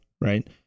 Right